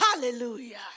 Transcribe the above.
Hallelujah